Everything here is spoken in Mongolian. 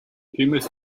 тиймээс